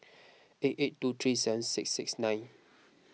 eight eight two three seven six six nine